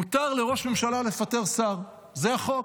מותר לראש ממשלה לפטר שר, זה החוק.